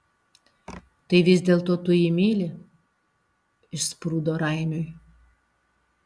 tai vis dėlto tu jį myli išsprūdo raimiui